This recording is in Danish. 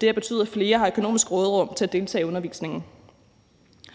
Det har betydet, at flere har økonomisk råderum til at deltage i undervisningen.